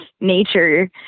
nature